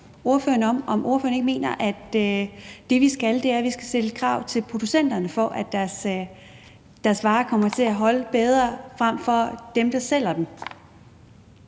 om ordføreren ikke mener, at det, vi skal, er, at vi skal stille krav til producenterne, for at deres varer kommer til at holde bedre, frem for dem, der sælger dem.